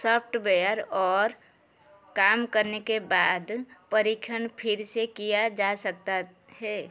software और काम करने के बाद परीक्षण फिर से किया जा सकता है